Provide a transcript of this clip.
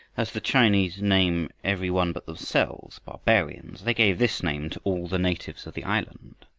as the chinese name every one but themselves barbarians, they gave this name to all the natives of the island.